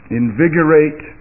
invigorate